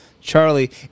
Charlie